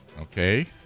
Okay